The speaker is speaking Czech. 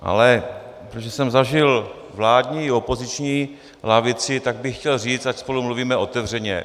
Ale protože jsem zažil vládní i opoziční lavici, tak bych chtěl říct, ať spolu mluvíme otevřeně.